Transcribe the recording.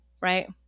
right